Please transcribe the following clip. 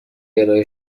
ارائه